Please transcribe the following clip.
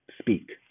Speak